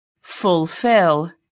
Fulfill